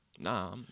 Nah